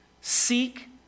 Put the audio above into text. Seek